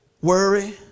Worry